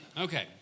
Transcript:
Okay